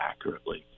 accurately